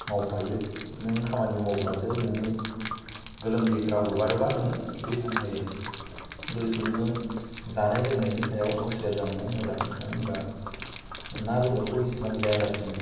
मावफायो नों खामानि मावब्लासो नोंनि गोलोमदैफ्रा गगारोबा नोङो फिदयै थानो हायो लोगोसे नोङो जानाय लोंनायनि सायाव हुसियार जानायआ मोजां मानो होनबा ना बेदरखौ इसिबां जाया लासेनो